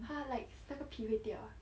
!huh! like 那个皮会掉啊